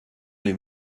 les